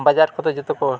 ᱵᱟᱡᱟᱨ ᱠᱚᱫᱚ ᱡᱚᱛᱚᱠᱚ